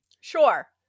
Sure